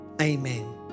Amen